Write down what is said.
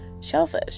shellfish